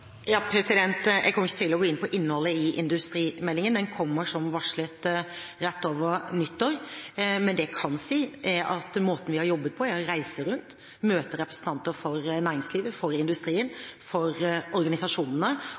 Jeg kommer ikke til å gå inn på innholdet i industrimeldingen – den kommer som varslet rett over nyttår. Men det jeg kan si, er at måten vi har jobbet på, er å reise rundt og møte representanter for næringslivet, for industrien, for organisasjonene